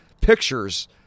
pictures